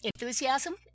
enthusiasm